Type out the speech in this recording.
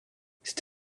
cette